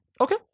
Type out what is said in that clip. okay